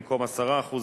במקום 10%,